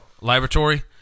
laboratory